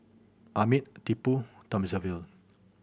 Amit Tipu Thamizhavel